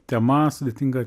tema sudėtinga